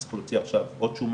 האחד הוא שהוא שהממשלה